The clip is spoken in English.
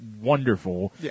wonderful